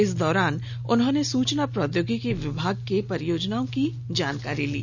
इस दौरान उन्होंने सूचना प्रौद्योगिकी विभाग के परियोजनाओं की जानकारी ली